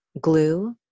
glue